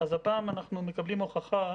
אז הפעם אנחנו מקבלים הוכחה